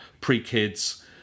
pre-kids